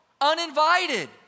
uninvited